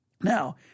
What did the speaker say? Now